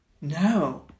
No